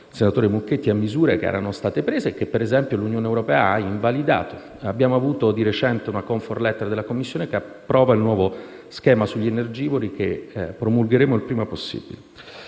fatto riferimento a misure che erano state prese e che l'Unione europea - per esempio - ha invalidato. Abbiamo avuto di recente una *comfort letter* della Commissione che approva il nuovo schema sugli energivori, che promulgheremo il prima possibile.